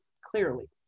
Clearly